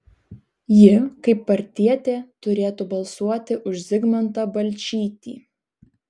ji kaip partietė turėtų balsuoti už zigmantą balčytį